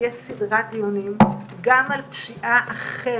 ותהיה סדרת דיונים גם על פשיעה אחרת